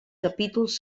capítols